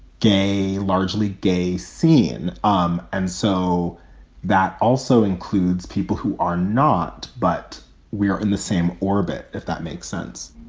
gay, largely gay scene. um and so that also includes people who are not. but we are in the same orbit, if that makes sense